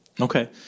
Okay